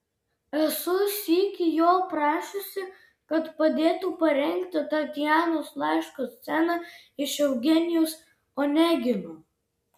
esu sykį jo prašiusi kad padėtų parengti tatjanos laiško sceną iš eugenijaus onegino